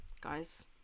guys